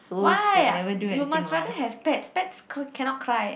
why you must rather have pets pets can cannot cry